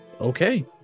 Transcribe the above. Okay